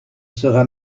sera